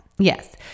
Yes